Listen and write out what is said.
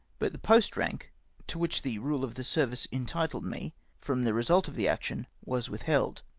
but the post rank to which the rule of the service entitled me from the result of the action, was withheld.